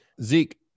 Zeke